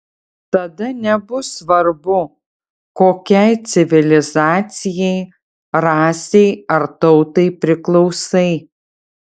tada nebus svarbu kokiai civilizacijai rasei ar tautai priklausai